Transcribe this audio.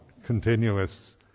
continuous